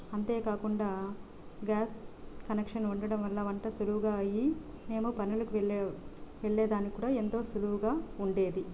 అంతే కాకుండా gas connection ఉండడం వల్ల వంట సులువుగా అయ్యి మేము పనులకు వెళ్ళే వెళ్ళే దానికి కూడా ఎంతో సులువుగా ఉండేది